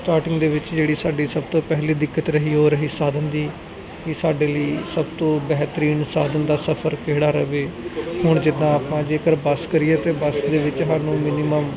starting ਦੇ ਵਿੱਚ ਜਿਹੜੀ ਸਾਡੀ ਸਭ ਤੋਂ ਪਹਿਲੀ ਦਿੱਕਤ ਰਹੀ ਉਹ ਰਹੀ ਸਾਧਨ ਦੀ ਵੀ ਸਾਡੇ ਲਈ ਸਭ ਤੋਂ ਬਿਹਤਰੀਨ ਸਾਧਨ ਦਾ ਸਫਰ ਕਿਹੜਾ ਰਵੇ ਹੁਣ ਜਿੱਦਾਂ ਆਪਾਂ ਜੇਕਰ ਬੱਸ ਕਰੀਏ ਤੇ ਬੱਸ ਦੇ ਵਿੱਚ ਸਾਨੂੰ ਮਿਨੀਮਮ